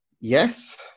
yes